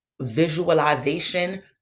visualization